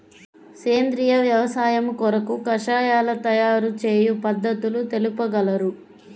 సేంద్రియ వ్యవసాయము కొరకు కషాయాల తయారు చేయు పద్ధతులు తెలుపగలరు?